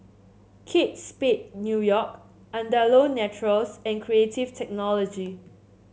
Kate Spade New York Andalou Naturals and Creative Technology